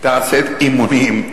תעשה אימונים,